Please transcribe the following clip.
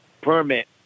permit